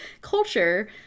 culture